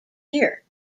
here